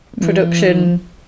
production